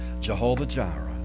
Jehovah-Jireh